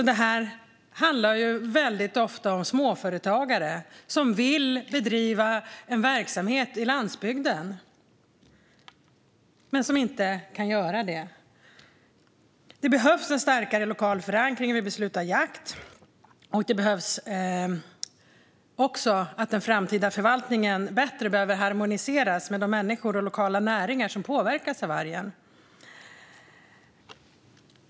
Det handlar väldigt ofta om småföretagare som vill bedriva en verksamhet i landsbygden men som inte kan göra det. Det behövs en starkare lokal förankring vid beslut om jakt. Det behövs också att den framtida förvaltningen bättre harmoniseras med de människor och lokala näringar som påverkas av vargen.